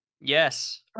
Yes